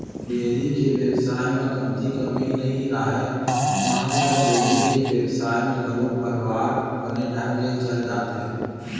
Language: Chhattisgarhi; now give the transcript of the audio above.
डेयरी के बेवसाय म कमती कमई नइ राहय, नानकन डेयरी के बेवसाय म घलो परवार बने ढंग ले चल जाथे